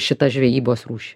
šitą žvejybos rūšį